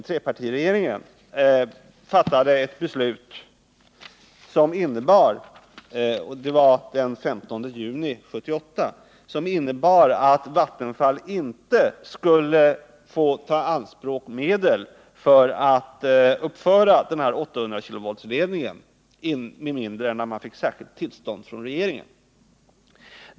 Trepartiregeringen fattade ett beslut den 15 juni 1978 som innebar att Vattenfall inte skulle få ta i anspråk medel för att uppföra den här 800-kV-ledningen med mindre än att man fick särskilt tillstånd av regeringen.